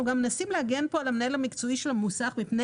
אנחנו גם מנסים להגן כאן על המנהל המקצועי של המוסך מפני